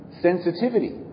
sensitivity